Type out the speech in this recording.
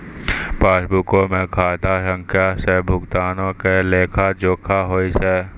पासबुको मे खाता संख्या से भुगतानो के लेखा जोखा होय छै